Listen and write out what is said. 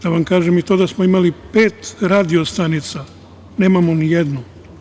Da vam kažem i to da smo imali i pet radio stanica, nemamo nijednu.